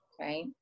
right